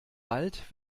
bald